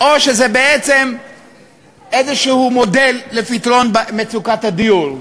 או שזה בעצם איזשהו מודל לפתרון מצוקת הדיור?